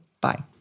Bye